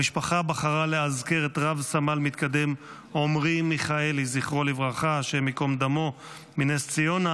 המשפחה בחרה לאזכר את רב-סמל מתקדם עמרי מיכאלי מנס ציונה,